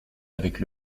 avec